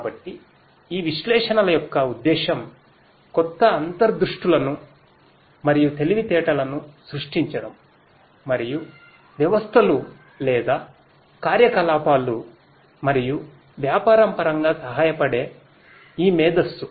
కాబట్టి ఈ విశ్లేషణల యొక్క ఉద్దేశ్యం క్రొత్త అంతర్దృష్టులను మరియు తెలివితేటలను సృష్టించడం మరియు వ్యవస్థలు లేదా కార్యకలాపాలు మరియు వ్యాపారం పరంగా సహాయపడే ఈ మేధస్సు